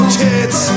kids